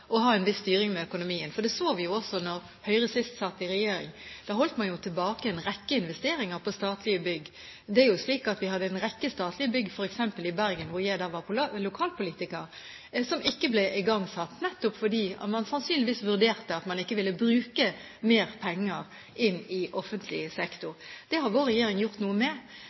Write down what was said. å ha en viss styring med økonomien. Det så vi jo også da Høyre sist satt i regjering. Da holdt man tilbake en rekke investeringer på statlige bygg. Det var en rekke statlige bygg f.eks. i Bergen, hvor jeg var lokalpolitiker, som ikke ble igangsatt, nettopp fordi man sannsynligvis vurderte at man ikke ville bruke mer penger inn i offentlig sektor. Det har vår regjering gjort noe med.